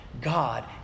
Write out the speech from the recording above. God